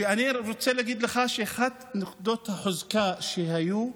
ואני רוצה להגיד לך שאחת מנקודות החוזקה שהיו,